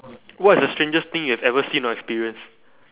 what's the strangest thing you have even seen or experienced